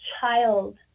child